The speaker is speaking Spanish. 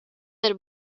del